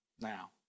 now